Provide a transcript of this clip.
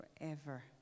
forever